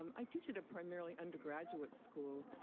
um i teach at a primarily undergraduate school,